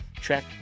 check